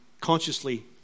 consciously